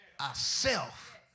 ourself